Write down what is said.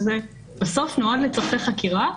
שזה בסוף נועד לצרכי חקירה,